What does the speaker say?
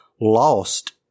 Lost